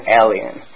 alien